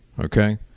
okay